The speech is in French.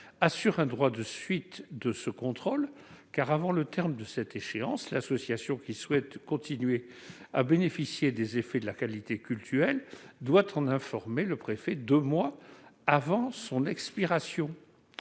assure un droit de suite de ce contrôle, car, avant le terme de cette échéance, l'association qui souhaite continuer à bénéficier des effets de la qualité cultuelle doit en informer le préfet deux mois avant l'expiration